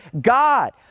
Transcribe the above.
God